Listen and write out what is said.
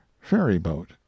ferry-boat